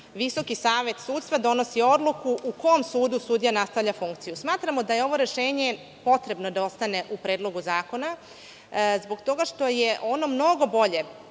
Visoki savet sudstva donosi odluku u kom sudu sudija nastavlja funkciju. Smatramo da je ovo rešenje potrebno da ostane u Predlogu zakona, zbog toga što je ono mnogo bolje